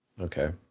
Okay